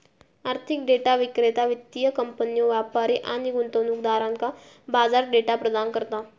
आर्थिक डेटा विक्रेता वित्तीय कंपन्यो, व्यापारी आणि गुंतवणूकदारांका बाजार डेटा प्रदान करता